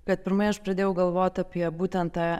kad pirmai aš pradėjau galvot apie būtent tą